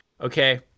Okay